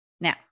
Now